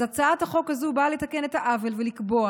הצעת החוק הזו באה לתקן את העוול הזה ולקבוע